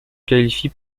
qualifie